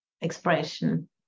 expression